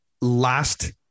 last